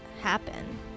happen